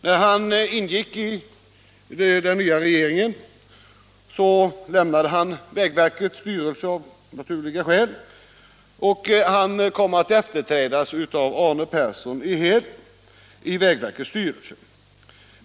När han ingick i den nya regeringen lämnade han vägverkets styrelse, av naturliga skäl, och kom där att efterträdas av Arne Persson i Heden.